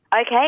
Okay